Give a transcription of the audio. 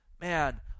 man